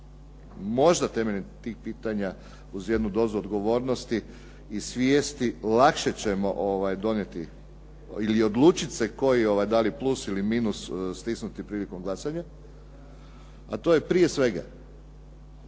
možda temeljem tih pitanja uz jednu dozu odgovornosti i svijesti lakše ćemo donijeti ili odlučiti se koji, da li plus ili minus stisnuti prilikom glasanja a to je prije svega